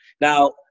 now